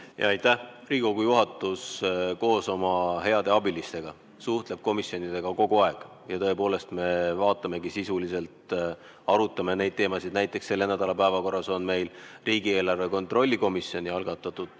Aitäh! Riigikogu juhatus koos oma heade abilistega suhtleb komisjonidega kogu aeg. Tõepoolest, me vaatamegi sisuliselt ja arutame neid teemasid. Näiteks, selle nädala päevakorras on meil riigieelarve kontrolli erikomisjoni algatatud